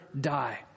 die